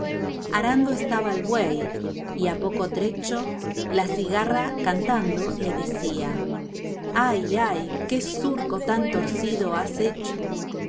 arando estaba el buey y a poco trecho la cigarra cantando le decía ay ay qué surco tan torcido has hecho